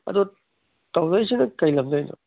ꯑꯗꯣ ꯇꯧꯔꯛꯏꯁꯤꯅ ꯀꯔꯤ ꯂꯝꯗꯩꯅꯣ